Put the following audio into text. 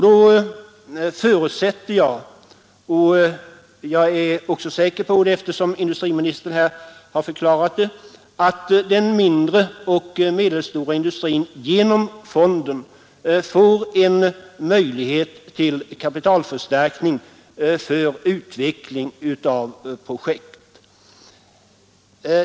Då är jag säker på — industriministern har ju här bekräftat detta — att den mindre och medelstora industrin genom fonden får en möjlighet till kapitalförstärkning för utveckling av projekt.